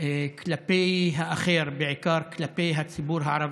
כלפי האחר, בעיקר כלפי הציבור הערבי.